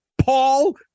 Paul